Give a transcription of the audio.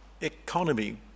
economy